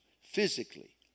physically